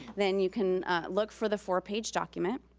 then you can look for the four-page document.